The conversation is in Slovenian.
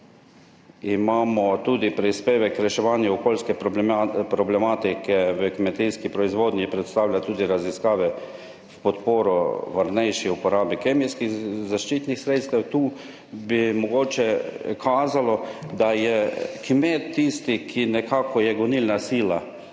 imamo tudi prispevek k reševanju okolijske problematike v kmetijski proizvodnji, predstavlja tudi raziskave v podporo varnejši uporabi kemijskih zaščitnih sredstev. Tu bi mogoče kazalo, da je kmet tisti, ki nekako je gonilna sila